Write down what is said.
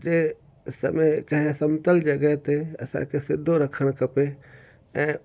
जे समय कंहिं समतल जॻह ते असांखे सिधो रखणु खपे